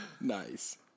Nice